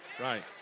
Right